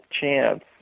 chance